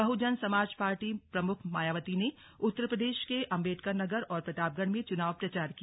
बहुजन Samaj Party प्रमुख मायावती उत्तर प्रदेश के अम्बेडकर नगर और प्रतापगढ़ में चुनाव प्रचार किया